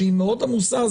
שהיא מאוד עמוסה,